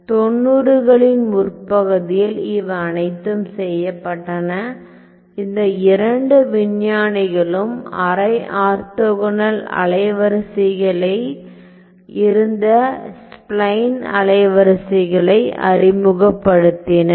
90 களின் முற்பகுதியில் இவை அனைத்தும் செய்யப்பட்டன இந்த இரண்டு விஞ்ஞானிகளும் அரை ஆர்த்தோகனல் அலைவரிசைகளாக இருந்த ஸ்ப்லைன் அலைவரிசைகளை அறிமுகப்படுத்தினர்